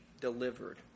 delivered